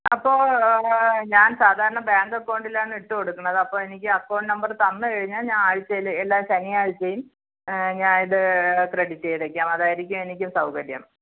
അപ്പോ ഞാൻ സാധാരണ ബാങ്ക് അക്കൗണ്ടിലാണ് ഇട്ടു കൊടു ക്കുനത് അപ്പോൾ എനിക്ക് അക്കൗണ്ട് നമ്പർ തന്നു കഴിഞ്ഞാൽ ഞാൻ ആഴ്ചയിൽ എല്ലാ ശനിയാഴ്ചയും ഞാൻ ഇത് ക്രെഡിറ്റ് ചെയ്തേക്കാം അതായിരിക്കും എനിക്കും സൗകര്യം